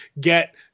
get